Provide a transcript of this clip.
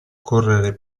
correre